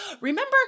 remember